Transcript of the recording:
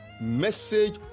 Message